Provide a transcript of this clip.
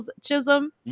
Chisholm